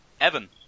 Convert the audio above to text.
Evan